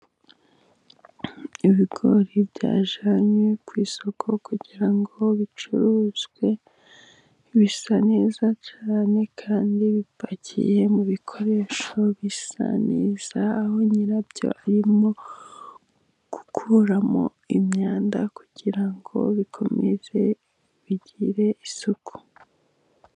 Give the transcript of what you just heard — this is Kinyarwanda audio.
Ibigori byajyananywe ku isoko kugira ngo bicuruzwe, bisa neza cyane, kandi bipakiye mu bikoresho bisa neza, aho nyirabyo arimo gukuramo imyanda, kugira ngo bikomeze bigire isuku.